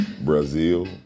Brazil